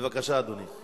בבקשה, אדוני.